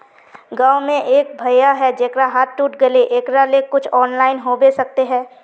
गाँव में एक भैया है जेकरा हाथ टूट गले एकरा ले कुछ ऑनलाइन होबे सकते है?